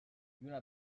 lluna